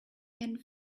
and